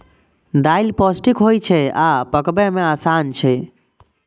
दालि पौष्टिक होइ छै आ पकबै मे आसान छै